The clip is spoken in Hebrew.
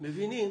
מבינים